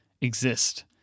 exist